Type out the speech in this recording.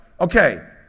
okay